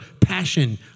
passion